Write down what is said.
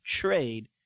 trade